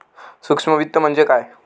सूक्ष्म वित्त म्हणजे काय?